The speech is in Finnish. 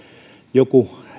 joku